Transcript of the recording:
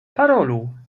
parolu